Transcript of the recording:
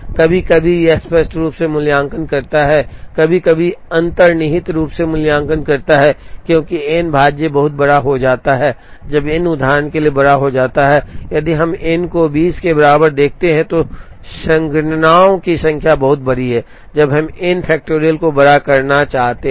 कभी कभी यह स्पष्ट रूप से मूल्यांकन करता है कभी कभी यह अंतर्निहित रूप से मूल्यांकन करता है क्योंकि n भाज्य बहुत बड़ा हो जाता है जब n उदाहरण के लिए बड़ा हो जाता है यदि हम n को 20 के बराबर देखते हैं तो संगणनाओं की संख्या बहुत बड़ी है जब हम n factorial को बड़ा करना चाहते हैं